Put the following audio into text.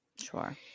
Sure